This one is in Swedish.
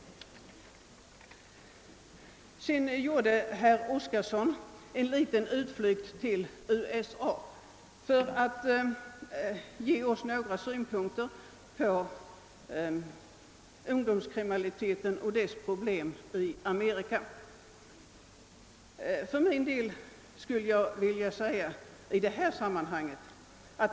Herr Oskarson gjorde också en utflykt till USA för att ge oss några synpunkter på .ungdomskriminaliteten där och de problem som sammanhänger med den.